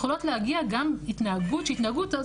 יכולות להגיע גם התנהגות שהיא התנהגות אלימה,